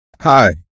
Hi